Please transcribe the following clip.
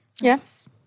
Yes